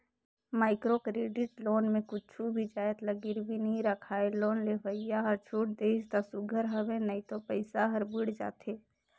micro credit loan में कुछु भी जाएत ल गिरवी नी राखय लोन लेवइया हर छूट देहिस ता सुग्घर हवे नई तो पइसा हर बुइड़ जाथे